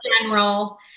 general